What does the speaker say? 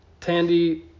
Tandy